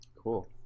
Cool